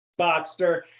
Boxster